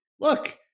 look